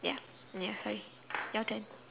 ya ya same your turn